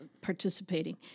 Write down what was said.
participating